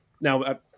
now